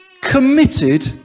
committed